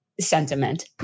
sentiment